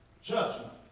judgment